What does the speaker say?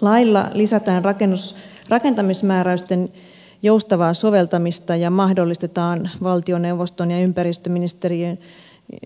lailla lisätään rakentamismääräysten joustavaa soveltamista ja mahdollistetaan valtioneuvoston ja